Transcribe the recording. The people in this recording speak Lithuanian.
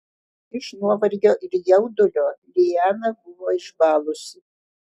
iš nuovargio ir jaudulio liana buvo išbalusi